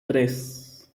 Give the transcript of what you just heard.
tres